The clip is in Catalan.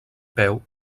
peu